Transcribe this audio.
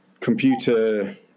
computer